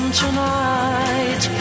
tonight